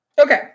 Okay